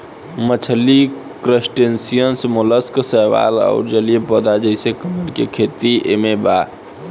मछली crustaceans mollusc शैवाल अउर जलीय पौधा जइसे कमल के खेती एमे बा